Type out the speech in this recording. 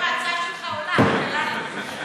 ההצעה שלך עולה, שלנו,